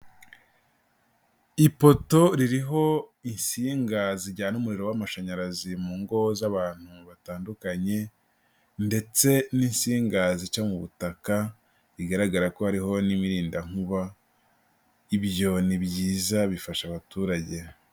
Ipoto ririho insinga zijyana umuriro w'amashanyarazi mu ngo z'abantu batandukanye ndetse n'insingaza zica mu butaka bigaragara ko hariho n'imirindankuba ibyo ni byiza bifasha .